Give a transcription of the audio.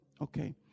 okay